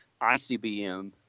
ICBM